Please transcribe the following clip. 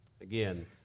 Again